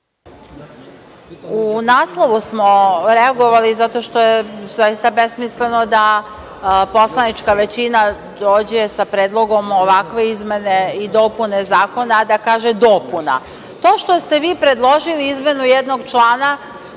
U naslovu smo reagovali zato što je zaista besmisleno da poslanička većina dođe sa predlogom ovakve izmene i dopune zakona, a da kaže – dopuna. To što ste vi predložili izmenu jednog člana,